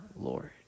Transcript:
Lord